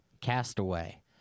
Castaway